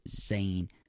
Zane